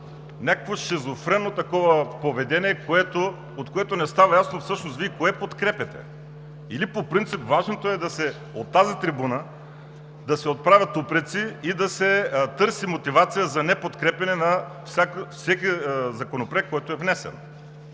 Някакво шизофренно такова поведение, от което не става ясно всъщност Вие кое подкрепяте, или по принцип важното е от тази трибуна да се отправят упреци и да се търси мотивация за неподкрепяне на всеки законопроект, който е внесен.